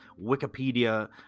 Wikipedia